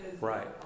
Right